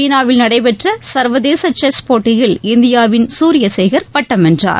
சீனாவில் நடைபெற்ற சர்வதேச செஸ் போட்டியில் இந்தியாவின் சூரியசேகர் பட்டம் வென்றார்